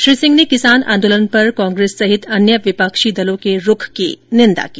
श्री सिंह ने किसान आंदोलन पर कांग्रेस सहित अन्य विपक्षी दलों के रूख की निंदा की